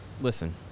listen